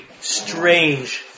strange